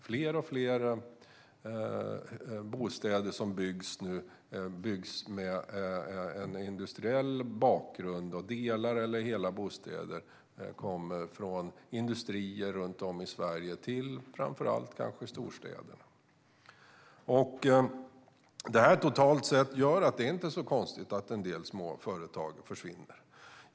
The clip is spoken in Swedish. Fler och fler bostäder som byggs nu byggs med en industriell bakgrund, och delar av eller hela bostäder kommer från industrier runt om i Sverige till framför allt storstäder. Totalt sett gör det att det inte är så konstigt att en del små företag försvinner.